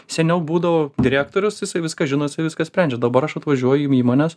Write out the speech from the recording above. seniau būdavo direktorius jisai viską žino jisai viską sprendžia dabar aš atvažiuoju į įmones